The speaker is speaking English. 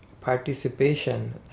participation